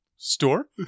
Store